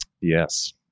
Yes